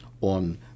on